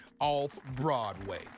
Off-Broadway